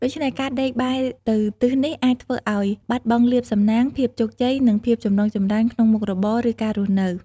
ដូច្នេះ ការដេកបែរទៅទិសនេះអាចធ្វើឱ្យបាត់បង់លាភសំណាង ភាពជោគជ័យ និងភាពចម្រុងចម្រើនក្នុងមុខរបរ ឬការរស់នៅ។